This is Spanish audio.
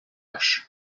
rush